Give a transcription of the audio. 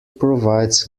provides